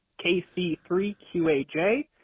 KC3QAJ